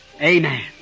amen